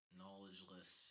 knowledgeless